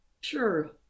Sure